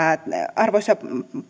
arvoisa